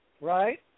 right